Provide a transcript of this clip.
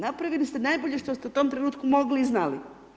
Napravili ste najbolje što ste u tom trenutku mogli i znali.